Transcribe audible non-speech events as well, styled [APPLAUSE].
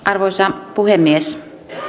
[UNINTELLIGIBLE] arvoisa puhemies